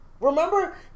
Remember